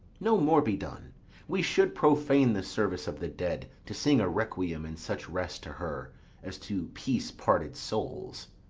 no more be done we should profane the service of the dead to sing a requiem and such rest to her as to peace-parted souls.